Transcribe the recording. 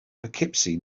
poughkeepsie